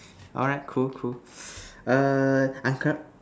alright cool cool err